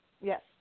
Yes